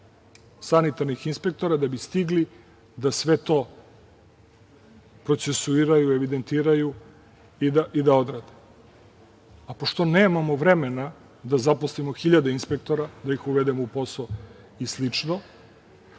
sanitarnih inspektora da bi stigli da sve to procesuiraju, evidentiraju i da odrade. Pošto nemamo vremena da zaposlimo hiljade inspektora, da ih uvedemo u posao i slično,